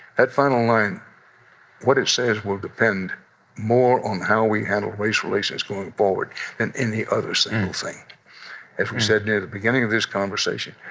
that final line what it says will depend more on how we handle race relations going forward than any other single thing as we said near the beginning of this conversation,